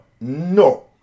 No